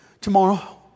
Tomorrow